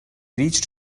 reached